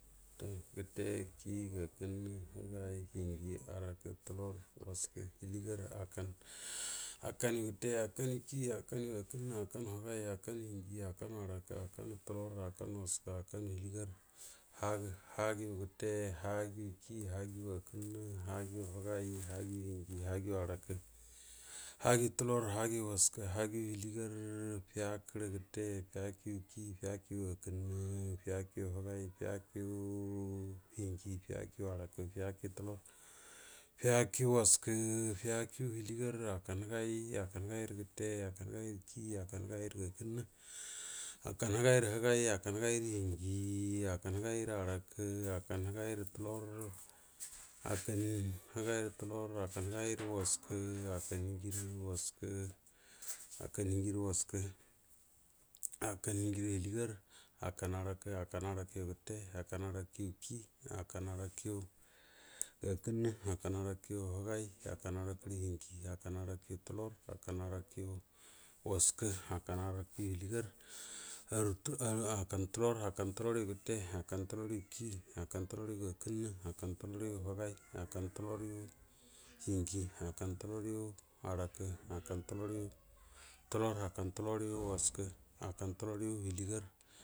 Gate, kiyi, gaakənnə, həgay, hienjie, haara ka, tullor, wəaskə, həliegar, hakan, hakanu gəte, hakanukiyi, hakanu gea kənna, hakatiəgay, hakanu hienjie, hakanu həara kə, hakanu tular, hakan waaskoo, hakanu, haliegar, haigə, haagə’u gvtə, həagduu, haliegar, hagə, həagə’u gətə, həagdu kiyi, hagəu gəakənna, həagəu həagəu həgay, hagəu hienjie, hagəu haarakə, hagəu tulor, hagəu wəaskə, fiəakə rəgətə, fiəakərə kiyi, fija kərə gəa kannnə, fiəkərə haarakə, fiəakəru tular, fizakərə hienjie, firakərə kəarakə, fiəakəru tular, firakə waskə, hakan həgayyu gəte, hakan həgayyu kiyi hakan həgayyu gəakənma, hulan hə gayyau həgay, hakan haguu, hiejie, rə wəaskə, hakan hienjie rə həliega hakkan həakara, hienjie gəte, hakan həarakə, hakanyu gəte, hakan həarakə yuk iyi hakan kanrakə gəakəma, hakan həakakəyu, hakan həarakəyu həarakəy hienjiɛ, hakan həarakəyu həarakəyu həarako tular, hakan həarakəu wəaskə, hakan həarayu həgan hakan həarakəyu hiɛnjɛ, hakan həarakayu həaraka, hakan həarako tular, hakan həarakəy wraskə, hakan həarakəyu həliegar, hakam tulor, hakan tukor yu gate hakan tular yuk iyi hakan tular yu gəakənma, haka tulorhrgayi hakan tular hiennyi hakan tuloryu həarakr hakan tuntor tulor, hakangu wjaskə, hakan tulur hvliegari.